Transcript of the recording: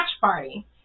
party